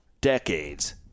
decades